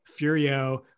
furio